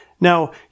Now